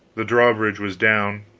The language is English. the drawbridge was down,